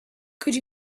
could